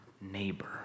neighbor